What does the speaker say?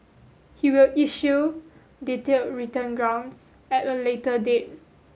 he will issue detailed written grounds at a later date